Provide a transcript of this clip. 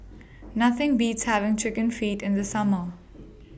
Nothing Beats having Chicken Feet in The Summer